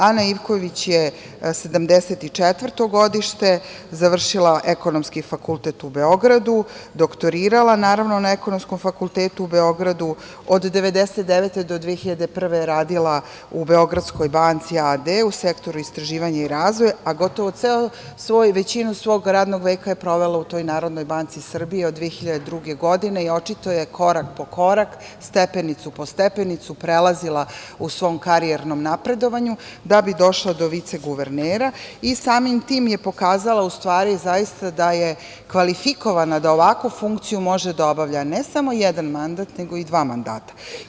Ana Ivković je 1974. godište, završila je Ekonomski fakultet u Beogradu, doktorirala na Ekonomskom fakultetu u Beogradu, od 1999. godine do 2001. godine je radila u Beogradskoj banci a.d. u Sektoru istraživanja i razvoja, a gotovo većinu svog radnog veka je provela u NBS od 2002. godine i očito je korak po korak, stepenicu po stepenicu prelazila u svom karijernom napredovanju da bi došla do viceguvernera i samim tim je pokazala u stvari zaista da je kvalifikovana da ovakvu funkciju može da obavlja ne samo jedan mandat nego i dva mandata.